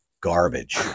garbage